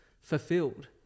fulfilled